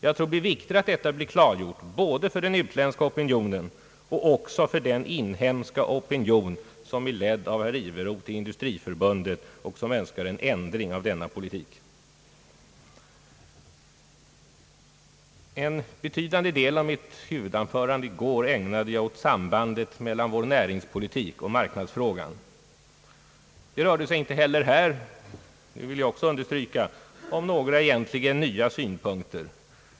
Det är viktigt att klargöra detta, både för utlandet och för den del av den inhemska opinion som leds av herr Iveroth i Industriförbundet, som önskar en ändring av denna politik. En betydande del av mitt huvudanförande i går ägnade jag åt sambandet mellan vår näringspolitik och marknadsfrågan. Det rörde sig inte heller här — det vill jag också understryka — om några egentliga nya synpunkter.